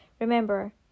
Remember